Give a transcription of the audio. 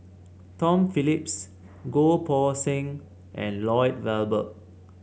Tom Phillips Goh Poh Seng and Lloyd Valberg